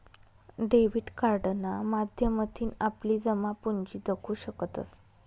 debit कार्डना माध्यमथीन आपली जमापुंजी दखु शकतंस